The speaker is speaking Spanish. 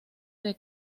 del